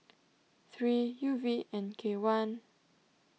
three U V N K one